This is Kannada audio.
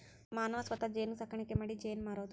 ಮಾನವನ ಸ್ವತಾ ಜೇನು ಸಾಕಾಣಿಕಿ ಮಾಡಿ ಜೇನ ಮಾರುದು